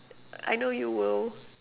I know you'll will